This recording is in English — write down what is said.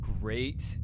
great